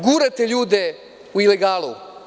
Gurate ljude u ilegalu.